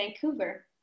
Vancouver